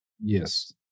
Yes